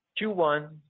Q1